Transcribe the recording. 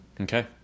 Okay